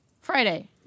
Friday